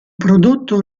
prodotto